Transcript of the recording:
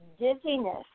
Dizziness